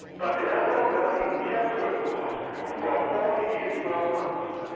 but the adult guardian kept her at the hospital for a whole year, twelve months.